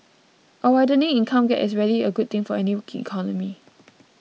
a widening income gap is rarely a good thing for any economy